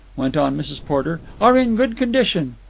went on mrs. porter, are in good condition.